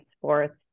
sports